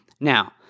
Now